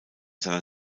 seiner